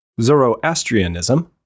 Zoroastrianism